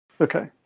Okay